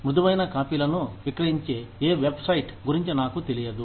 మృదువైన కాపీలను విక్రయించే ఏ వెబ్సైట్ గురించి నాకు తెలియదు